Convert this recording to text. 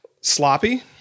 sloppy